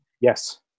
Yes